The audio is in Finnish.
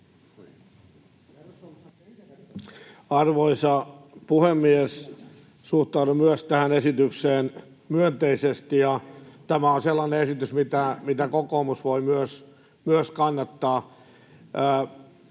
Arvoisa puhemies! Suhtaudun myös tähän esitykseen myönteisesti, ja tämä on sellainen esitys, mitä myös kokoomus voi kannattaa.